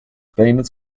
famous